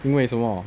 因为什么